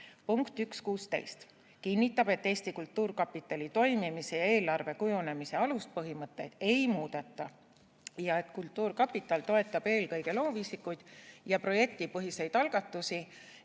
Punkt 1.16 kinnitab, et Eesti Kultuurkapitali toimimise ja eelarve kujunemise aluspõhimõtteid ei muudeta. Kultuurkapital toetab eelkõige loovisikuid ja projektipõhiseid algatusi